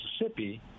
Mississippi